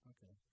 Okay